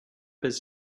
his